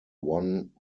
one